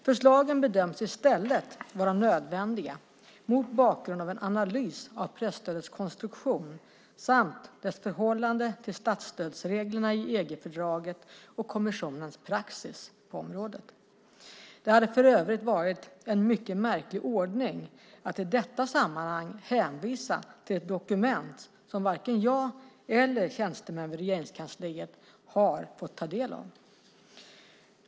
Förslagen bedöms i stället vara nödvändiga mot bakgrund av en analys av presstödets konstruktion samt dess förhållande till statsstödsreglerna i EG-fördraget och kommissionens praxis på området. Det hade för övrigt varit en mycket märklig ordning att i detta sammanhang hänvisa till ett dokument som varken jag eller tjänstemän vid Regeringskansliet har fått ta del av.